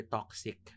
Toxic